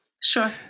sure